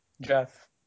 Jeff